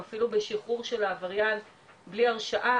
אפילו בשחרור של העבריין בלי הרשעה,